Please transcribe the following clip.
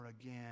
again